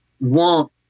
want